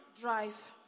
Drive